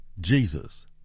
Jesus